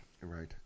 Right